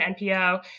NPO